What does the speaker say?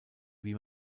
wie